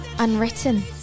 Unwritten